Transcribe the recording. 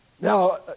Now